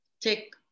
take